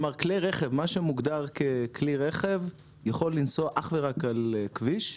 כלומר מה שמוגדר ככלי רכב יכול לנסוע אך ורק על כביש,